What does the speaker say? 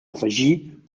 afegir